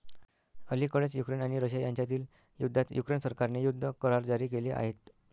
अलिकडेच युक्रेन आणि रशिया यांच्यातील युद्धात युक्रेन सरकारने युद्ध करार जारी केले आहेत